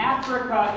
Africa